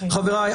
חבריי,